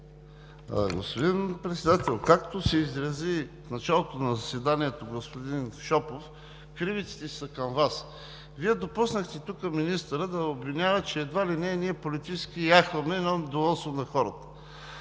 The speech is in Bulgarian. Господин Председател, както се изрази в началото на заседанието господин Шопов, кривиците са към Вас. Вие допуснахте тук министърът да обвинява, че едва ли не ние политически яхваме едно недоволство на хората.